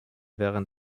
während